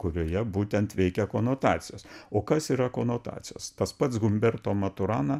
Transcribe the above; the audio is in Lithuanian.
kurioje būtent veikia konotacijos o kas yra konotacijos tas pats humberto maturana